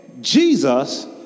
Jesus